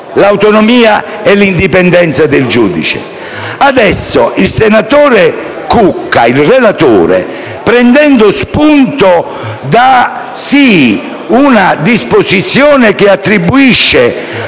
l'autonomia e l'indipendenza del giudice. Adesso il relatore, senatore Cucca, prende spunto da una disposizione che attribuisce